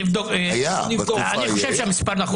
אני חושב שהמספר נכון.